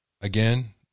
again